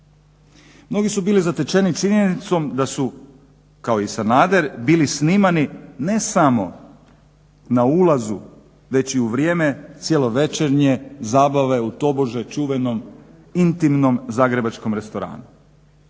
Mnogi su bili zatečeni činjenicom da su kao i Sanader bili snimani ne samo na ulazu već i u vrijeme cjelovečernje zabave u tobože čuvenom intimnom zagrebačkom restoranu.